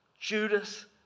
Judas